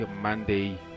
Monday